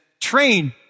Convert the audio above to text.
train